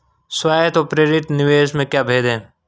स्वायत्त व प्रेरित निवेश में क्या भेद है?